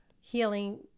healing